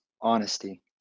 honesty